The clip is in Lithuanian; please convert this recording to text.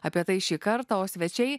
apie tai šį kartą o svečiai